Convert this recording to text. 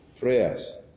prayers